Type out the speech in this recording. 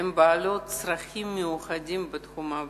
הן בעלות צרכים מיוחדים בתחום העבודה,